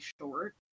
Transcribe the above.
short